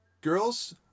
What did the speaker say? Girls